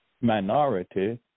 minority